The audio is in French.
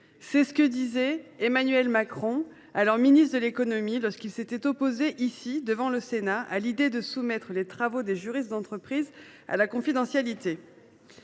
c’est ce que déclarait Emmanuel Macron, alors ministre de l’économie, en s’opposant devant le Sénat à l’idée de soumettre les travaux des juristes d’entreprise à la confidentialité.